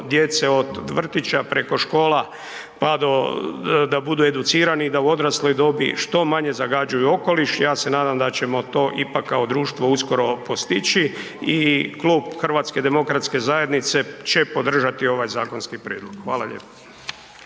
djece od vrtića preko škola, pa do, da budu educirani i da u odrasloj dobi što manje zagađuju okoliš. Ja se nadam da ćemo to ipak kao društvo uskoro postići i Klub HDZ-a će podržati ovaj zakonski prijedlog. Hvala lijepo.